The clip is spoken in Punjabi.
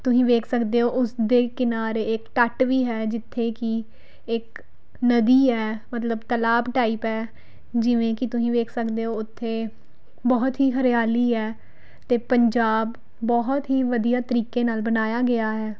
ਤੁਸੀਂ ਵੇਖ ਸਕਦੇ ਹੋ ਉਸ ਦੇ ਕਿਨਾਰੇ ਇੱਕ ਤੱਟ ਵੀ ਹੈ ਜਿੱਥੇ ਕਿ ਇੱਕ ਨਦੀ ਹੈ ਮਤਲਬ ਤਲਾਬ ਟਾਈਪ ਹੈ ਜਿਵੇਂ ਕਿ ਤੁਸੀਂ ਵੇਖ ਸਕਦੇ ਹੋ ਉੱਥੇ ਬਹੁਤ ਹੀ ਹਰਿਆਲੀ ਹੈ ਅਤੇ ਪੰਜਾਬ ਬਹੁਤ ਹੀ ਵਧੀਆ ਤਰੀਕੇ ਨਾਲ ਬਣਾਇਆ ਗਿਆ ਹੈ